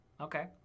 Okay